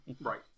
Right